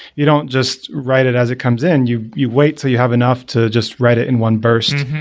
you don't just write it as it comes in. you you wait till you have enough to just write it in one burst.